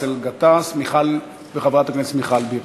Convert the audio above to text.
חבר הכנסת באסל גטאס וחברת הכנסת מיכל בירן.